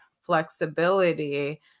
flexibility